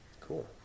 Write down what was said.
Cool